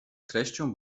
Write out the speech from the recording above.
treścią